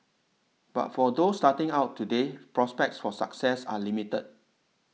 but for those starting out today prospects for success are limited